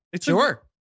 sure